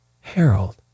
Harold